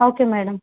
okay madam